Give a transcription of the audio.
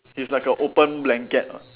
he's like a open blanket lah